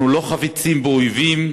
אנחנו לא חפצים באויבים,